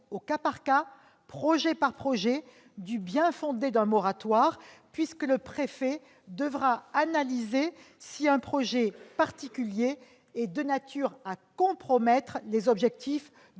au cas par cas »,« projet par projet » du bien-fondé d'un moratoire, puisque le préfet devra analyser si un projet particulier « est de nature à compromettre les objectifs